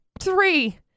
three